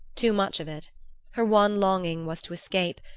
too much of it her one longing was to escape,